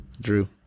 Drew